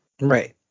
Right